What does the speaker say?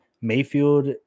Mayfield